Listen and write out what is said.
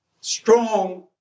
strong